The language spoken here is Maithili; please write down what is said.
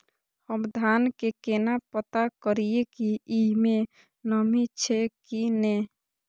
हम धान के केना पता करिए की ई में नमी छे की ने?